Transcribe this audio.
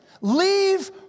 leave